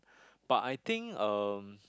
but I think um